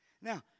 Now